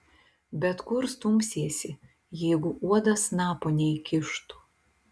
bet kur stumsiesi jeigu uodas snapo neįkištų